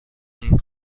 این